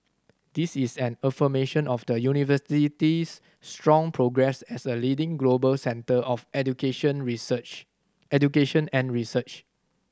this is an affirmation of the University's strong progress as a leading global centre of education research education and research